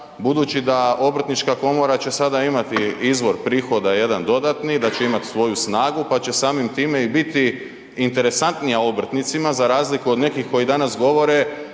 budući da obrtnička komora će sada imati izvor prihoda jedan dodatni, da će imati svoju snagu pa će samim time i biti interesantnija obrtnicima za razliku od nekih koji danas govore